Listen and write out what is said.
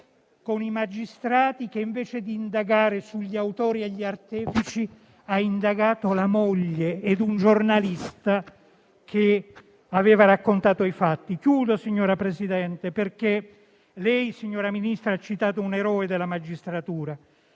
con i magistrati che, invece di indagare sugli autori e gli artefici, hanno indagato la moglie e un giornalista che aveva raccontato i fatti. Lei, signor Ministro, ha citato un eroe della magistratura.